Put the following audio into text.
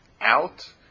out